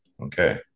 Okay